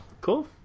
Cool